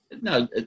no